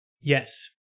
Yes